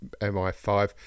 MI5